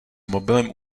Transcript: mobilem